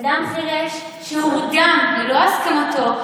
אדם חירש מורדם ללא הסכמתו,